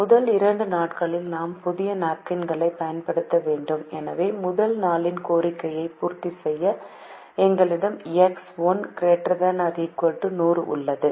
எனவே முதல் இரண்டு நாட்களில் நாம் புதிய நாப்கின்களைப் பயன்படுத்த வேண்டும் எனவே முதல் நாளின் கோரிக்கையை பூர்த்தி செய்ய எங்களிடம் எக்ஸ் 1 ≥ 100 உள்ளது